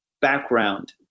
background